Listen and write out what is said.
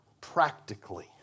practically